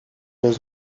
was